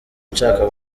nshaka